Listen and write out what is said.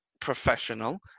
professional